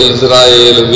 Israel